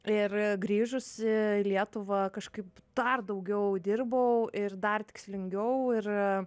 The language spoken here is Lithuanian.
ir grįžusi į lietuvą kažkaip dar daugiau dirbau ir dar tikslingiau ir